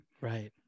Right